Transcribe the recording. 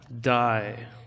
die